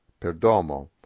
perdomo